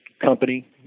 company